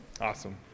Awesome